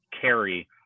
carry